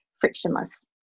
frictionless